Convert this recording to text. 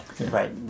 right